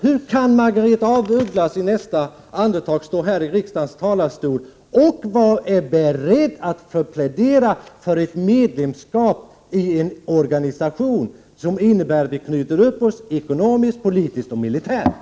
Hur kan hon i nästa andetag stå här i riksdagens talarstol och plädera för ett medlemskap i en organisation vilket innebär att vi knyter upp oss ekonomiskt, politiskt och militärt?